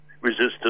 resistance